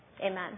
Amen